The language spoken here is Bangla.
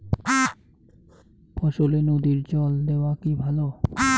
ফসলে নদীর জল দেওয়া কি ভাল?